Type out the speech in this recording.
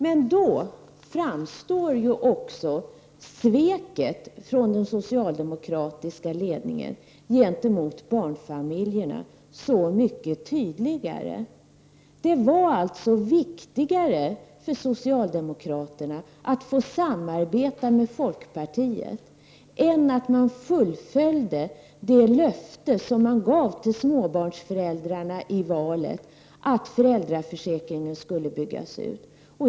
Men då framstår ju också sveket från den socialdemokratiska ledningen gentemot barnfamiljerna så mycket tydligare. Det var alltså viktigare för socialdemokraterna att få samarbeta med folkpartiet än att fullfölja det löfte som man gav till småbarnsföräldrarna i valet, att föräldraförsäkringen skulle byggas ut.